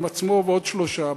עם עצמו ועוד שלושה,